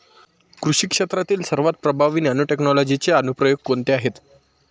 कृषी क्षेत्रातील सर्वात प्रभावी नॅनोटेक्नॉलॉजीचे अनुप्रयोग कोणते आहेत?